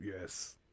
Yes